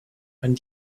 ein